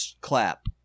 clap